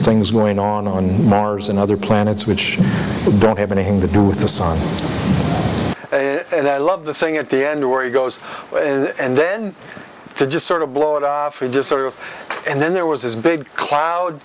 things going on on mars and other planets which don't have anything to do with us and i love the saying at the end where he goes and then to just sort of blow it off it just sort of and then there was this big cloud